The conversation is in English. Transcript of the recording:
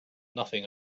nothing